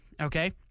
okay